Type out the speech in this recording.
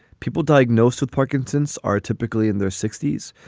people diagnosed with parkinson's are typically in their sixty s.